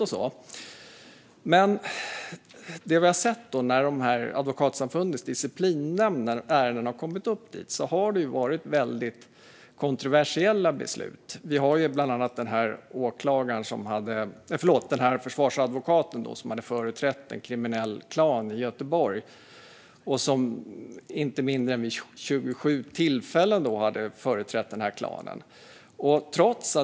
Men när ärendena har tagits upp i Advokatsamfundets disciplinnämnd har det fattats väldigt kontroversiella beslut. Bland annat har en försvarsadvokat vid inte mindre än 27 tillfällen företrätt en kriminell klan i Göteborg.